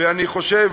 ואני חושב